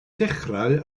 dechrau